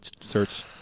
search